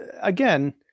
again